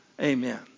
Amen